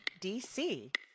DC